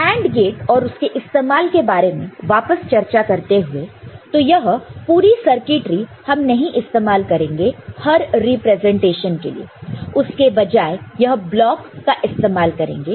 AND gate और उसका इस्तेमाल के बारे में वापस चर्चा करते हुए तो यह पूरी सर्किटरी हम नहीं इस्तेमाल करेंगे हर रिप्रेजेंटेशन के लिए उसके बजाय यह ब्लॉक का इस्तेमाल करेंगे